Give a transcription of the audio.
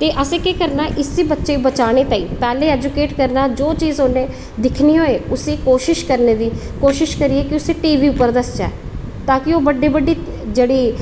ते असें केह् करना इसी बच्चे गी बचाने ताहीं पैह्लें इसी केह् करना पैह्लें ऐजूकेट करना दिक्खनै दी कोशिश करने दी कोशिश करै की उसी टीवी उप्पर दस्से तीकी ओह् बड्डे बड्डे जेह्ड़े